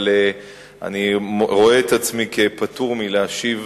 אבל אני רואה את עצמי כפטור מלהשיב